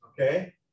okay